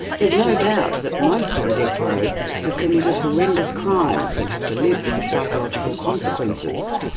there's no doubt that most on death row have committed horrendous crimes and have to live with the psychological consequences.